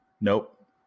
Nope